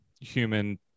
human